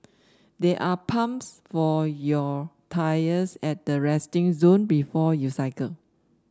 there are pumps for your tyres at the resting zone before you cycle